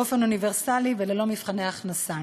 באופן אוניברסלי וללא מבחני הכנסה.